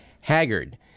Haggard